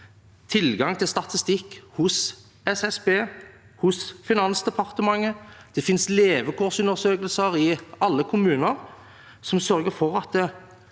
tilgang til statistikk hos SSB og hos Finansdepartementet. Det finnes også levekårsundersøkelser i alle kommuner som sørger for at vi